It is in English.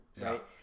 right